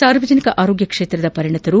ಸಾರ್ವಜನಿಕ ಆರೋಗ್ಯ ಕ್ಷೇತ್ರದ ಪರಿಣತರು